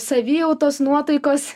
savijautos nuotaikos